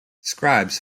scribes